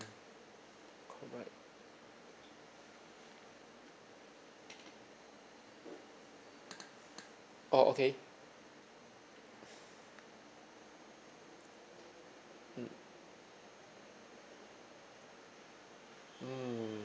correct orh okay mm mm